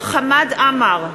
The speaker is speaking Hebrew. חמד עמאר,